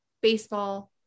baseball